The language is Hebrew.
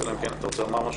אלא אם כן אתה רוצה לומר משהו,